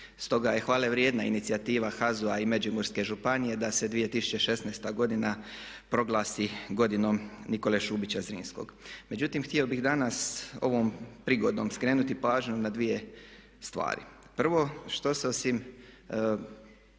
Stoga je hvale vrijedna inicijativa HAZU-a i Međimurske županije da se 2016. godina proglasi godinom Nikole Šubića Zrinskog. Međutim, htio bih danas ovom prigodom skrenuti pažnju na dvije stvari. Prvo što osim